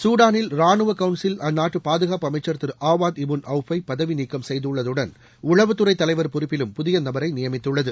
சூடானில் ரானுவ கவுன்சில் அந்நாட்டு பாதுகாப்பு அமைச்சர் திரு ஆவாத் இபுன் அஃப் ஐ பதவி நீக்கம் செய்துள்ளதுடன் உளவுத்துறை தலைவர் பொறுப்பிலும் புதிய நபரை நியமித்துள்ளது